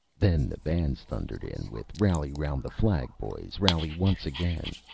then the bands thundered in, with rally round the flag, boys, rally once again!